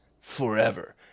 forever